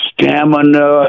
stamina